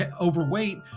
overweight